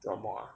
做么啊